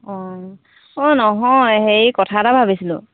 অঁ অ' নহয় হেৰি কথা এটা ভাবিছিলোঁ